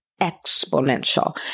exponential